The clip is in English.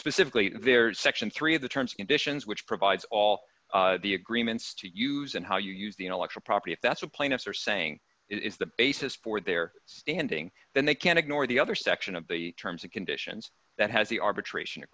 specifically there's section three of the terms conditions which provides all the agreements to use and how you use the intellectual property if that's what plaintiffs are saying is the basis for their standing then they can ignore the other section of the terms and conditions that has the arbitration